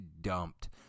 dumped